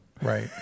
Right